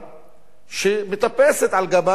שמטפסת על גבם של הערבים.